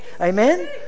Amen